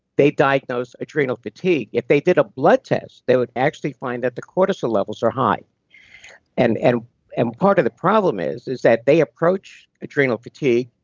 they diagnose adrenal fatigue if they did a blood test, they would actually find that the cortisol levels are high and and and part of the problem is, is that they approach adrenal fatigue,